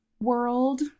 world